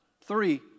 three